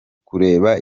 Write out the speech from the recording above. kureba